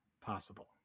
possible